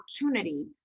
opportunity